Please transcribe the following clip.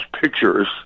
pictures